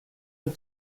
and